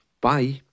Bye